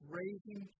raising